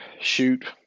shoot